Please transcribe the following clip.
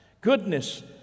goodness